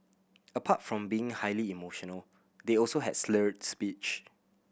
apart from being highly emotional they also had slurred speech